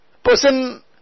person